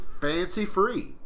fancy-free